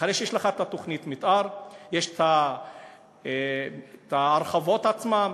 אחרי שיש לך את תוכנית המתאר יש את ההרחבות עצמן,